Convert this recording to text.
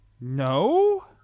No